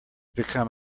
become